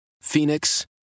Phoenix